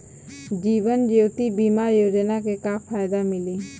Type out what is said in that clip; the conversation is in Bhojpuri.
जीवन ज्योति बीमा योजना के का फायदा मिली?